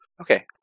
Okay